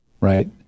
right